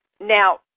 Now